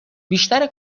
بیشتر